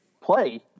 play